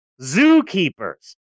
zookeepers